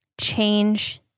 change